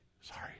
sorry